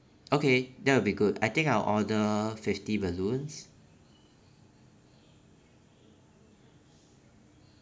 okay that'll be good I think I'll order fifty balloons